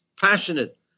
passionate